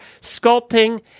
sculpting